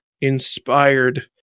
inspired